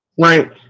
Right